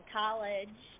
college